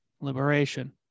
Liberation